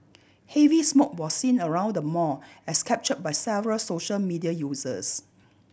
heavy smoke was seen around the mall as capture by several social media users